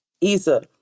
isa